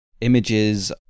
images